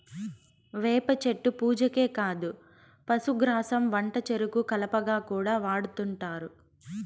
వేప చెట్టు పూజకే కాదు పశుగ్రాసం వంటచెరుకు కలపగా కూడా వాడుతుంటారు